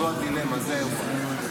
זו הדילמה, זה האירוע.